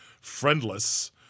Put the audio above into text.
friendless